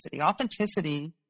authenticity